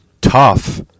tough